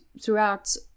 throughout